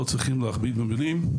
לא צריך להכביר במילים.